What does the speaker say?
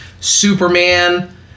Superman